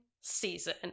season